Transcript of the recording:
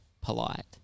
polite